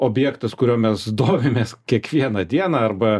objektas kuriuo mes domimės kiekvieną dieną arba